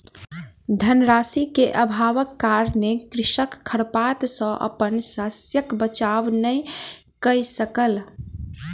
धन राशि के अभावक कारणेँ कृषक खरपात सॅ अपन शस्यक बचाव नै कय सकल